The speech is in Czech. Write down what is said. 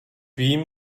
vím